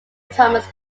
thomas